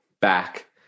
back